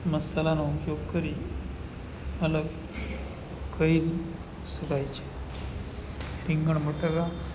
મસાલાનો ઉપયોગ કરી અલગ કરી શકાય છે રીંગણ બટાકા